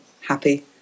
happy